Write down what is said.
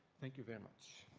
thank you very much.